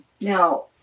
now